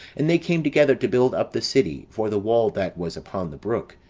and they came together to build up the city for the wall that was upon the brook,